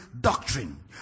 doctrine